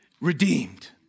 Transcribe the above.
redeemed